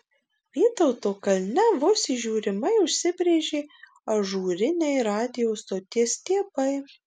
vytauto kalne vos įžiūrimai užsibrėžė ažūriniai radijo stoties stiebai